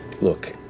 look